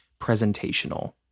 presentational